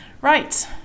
right